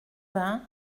vingt